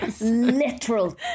literal